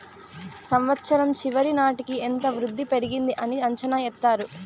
సంవచ్చరం చివరి నాటికి ఎంత వృద్ధి పెరిగింది అని అంచనా ఎత్తారు